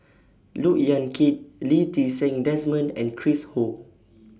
Look Yan Kit Lee Ti Seng Desmond and Chris Ho